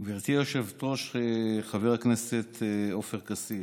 גברתי היושבת-ראש, חבר הכנסת עופר כסיף,